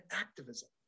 activism